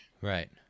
Right